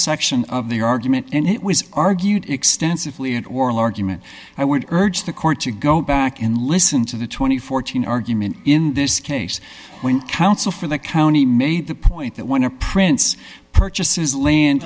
section of the argument and it was argued extensively in oral argument i would urge the court to go back and listen to the two thousand and fourteen argument in this case when counsel for the county made the point that when a prince purchases land